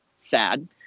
sad